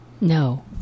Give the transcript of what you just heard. No